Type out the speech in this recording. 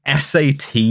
SAT